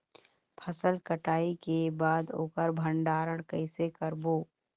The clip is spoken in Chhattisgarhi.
फसल कटाई के बाद ओकर भंडारण कइसे करबो?